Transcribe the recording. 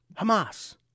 Hamas